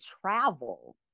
travel